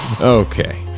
Okay